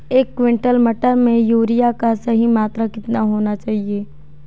एक क्विंटल मटर में यूरिया की सही मात्रा कितनी होनी चाहिए?